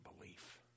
belief